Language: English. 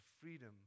freedom